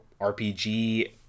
rpg